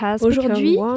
Aujourd'hui